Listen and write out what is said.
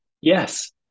Yes